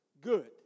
good